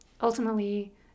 ultimately